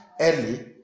early